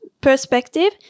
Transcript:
perspective